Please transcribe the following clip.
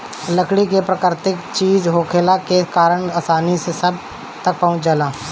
लकड़ी प्राकृतिक चीज होखला के कारण आसानी से सब तक पहुँच जाला